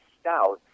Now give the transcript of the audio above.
stout